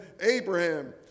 Abraham